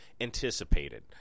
anticipated